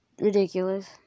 ridiculous